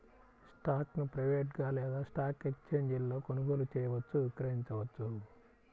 స్టాక్ను ప్రైవేట్గా లేదా స్టాక్ ఎక్స్ఛేంజీలలో కొనుగోలు చేయవచ్చు, విక్రయించవచ్చు